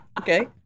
Okay